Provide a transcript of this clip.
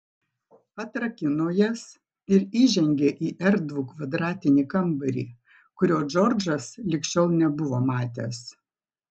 atrakino jas ir įžengė į erdvų kvadratinį kambarį kurio džordžas lig šiol nebuvo matęs